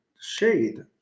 shade